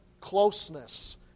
closeness